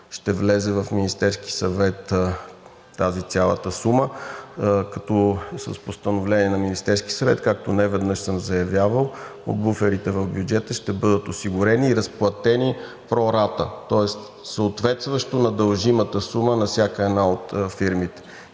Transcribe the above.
ще влезе в Министерския съвет тази цялата сума, като с постановление на Министерския съвет, както неведнъж съм заявявал, от буферите в бюджета ще бъдат осигурени и разплатени pro rata, тоест съответстващо на дължимата сума на всяка една от фирмите